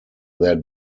there